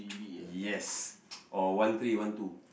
yes or one three one two